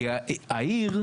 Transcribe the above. כי העיר,